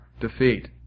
defeat